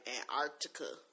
Antarctica